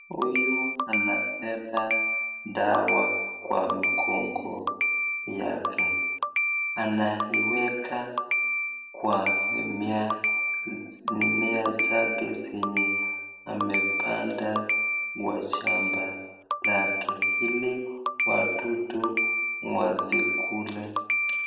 Huyu anabeba dawa kwa mgongo yake anaiweka kwa mimea zake zenye amepanda kwa shamba lake ili wadudu wasikule.